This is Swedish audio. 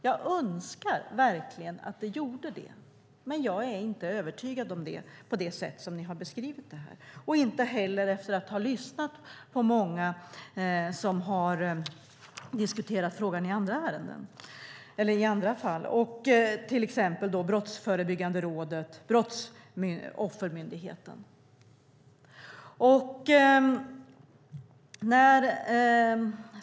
Jag önskar att det gjorde det, men jag är inte övertygad utifrån det ni har beskrivit - och inte heller efter att ha lyssnat på många som har diskuterat frågan i andra sammanhang, till exempel Brottsförebyggande rådet och Brottsoffermyndigheten.